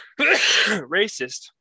racist